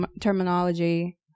terminology